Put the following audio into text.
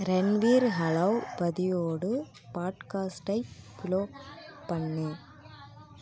ரன்வீர் ஹலோ பதியோடு பாட்காஸ்டைப் ப்ளோ பண்ணு